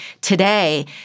today